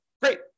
Great